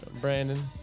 Brandon